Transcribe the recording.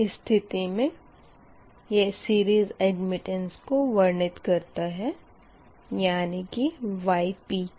इस स्थिति में यह सीरीज़ अडमिटेंस को वर्णित करता है यानी कि ypq